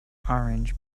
orange